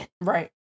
right